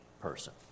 person